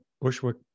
Bushwick